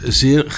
zeer